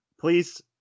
please